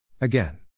Again